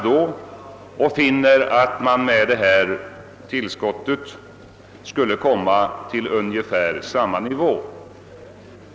Man konstaterar att med det begärda tillskottet skulle sysselsättningen ligga på ungefär samma nivå.